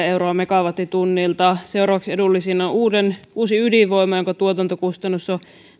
euroa megawattitunnilta seuraavaksi edullisin on uusi ydinvoima jonka tuotantokustannus on